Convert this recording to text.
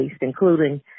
including